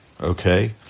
Okay